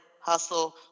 Hustle